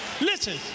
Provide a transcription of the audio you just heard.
Listen